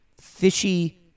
Fishy